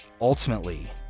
ultimately